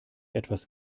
etwas